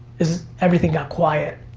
is everything got quiet.